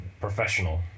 professional